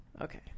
Okay